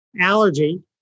allergy